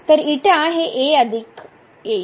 तर हे येईल